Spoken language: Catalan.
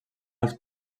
als